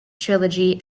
trilogy